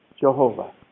Jehovah